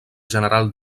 general